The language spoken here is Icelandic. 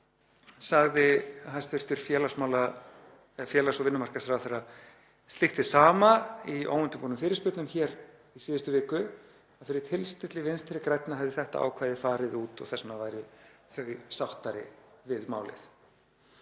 sagði hæstv. félags- og vinnumarkaðsráðherra slíkt hið sama í óundirbúnum fyrirspurnum hér í síðustu viku, að fyrir tilstilli Vinstri grænna hefði þetta ákvæði farið út og þess vegna væru þau sáttari við málið.